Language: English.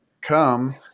Come